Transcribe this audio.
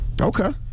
Okay